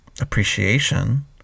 appreciation